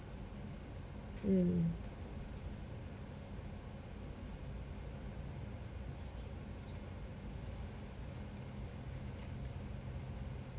mm